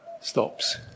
stops